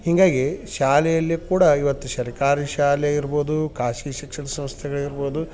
ಹೀಗಾಗಿ ಶಾಲೆಯಲ್ಲಿ ಕೂಡ ಇವತ್ತು ಸರ್ಕಾರಿ ಶಾಲೆ ಇರ್ಬೋದು ಖಾಸ್ಗಿ ಶಿಕ್ಷಣ ಸಂಸ್ಥೆಗಳು ಇರ್ಬೋದು